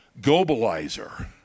globalizer